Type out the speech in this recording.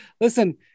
listen